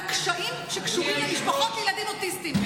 קשיים שקשורים למשפחות לילדים אוטיסטים.